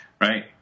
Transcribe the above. right